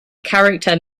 character